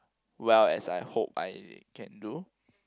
well as I hope I can do